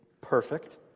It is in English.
perfect